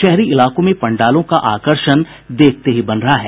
शहरी इलाकों में पंडालों का आकर्षण देखते ही बन रहा है